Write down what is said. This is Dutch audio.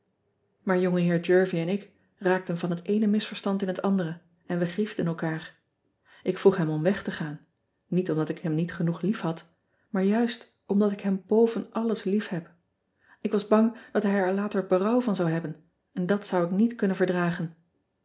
ongeheer ervie en ik raakten van het eene misverstand in het andere en we griefden elkaar k vroeg hem om weg te gaan niet omdat ik hem niet genoeg liefhad maar juist omdat ik hem boven alles liefheb k was bang dat hij er later berouw van zou hebben en dat zou ik niet kunnen verdragen